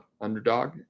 Underdog